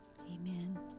Amen